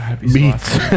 Beats